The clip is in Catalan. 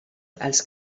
als